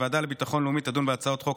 הוועדה לביטון לאומי תדון בהצעות החוק